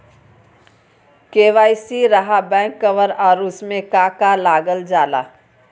KYC रहा back cover और उसमें का का लागल जाला?